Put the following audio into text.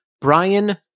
Brian